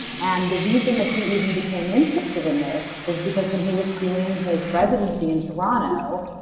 and the reason that he even became interested in this is because when he was doing his residency in toronto,